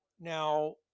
Now